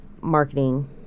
marketing